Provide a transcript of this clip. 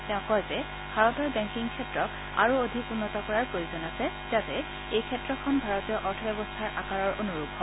তেওং কয় যে ভাৰতৰ বেংকিং ক্ষেত্ৰক আৰু অধিক উন্নত কৰাৰ প্ৰয়োজন আছে যাতে এই ক্ষেত্ৰখন ভাৰতীয় অৰ্থব্যৱস্থাৰ আকাৰৰ অনুৰূপ হয়